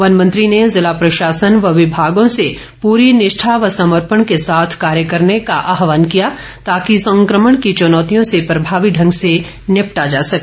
one मंत्री ने जिला प्रशासन व विभागों से पूरी निष्ठा व समर्पण के साथ कार्य करने का आह्वान किया ताकि संक्रमण की चुनौतियों से प्रभावी ढंग से निपटो जा सके